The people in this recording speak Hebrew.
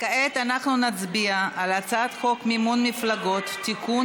כעת אנחנו נצביע על הצעת חוק מימון מפלגות (תיקון,